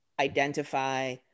identify